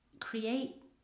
Create